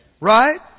Right